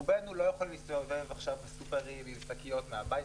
רובנו לא יכולים להסתובב עכשיו בסופרים עם שקיות מהבית.